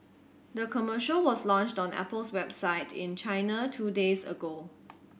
the commercial was launched on Apple's website in China two days ago